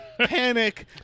panic